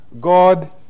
God